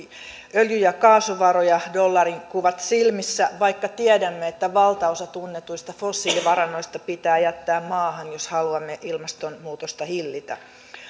öljy ja kaasuvaroja dollarinkuvat silmissä vaikka tiedämme että valtaosa tunnetuista fossiilivarannoista pitää jättää maahan jos haluamme ilmastonmuutosta hillitä